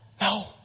No